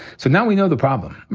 so now we know the problem,